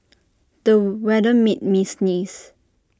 the weather made me sneeze